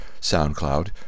SoundCloud